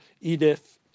Edith